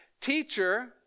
Teacher